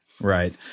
right